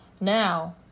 Now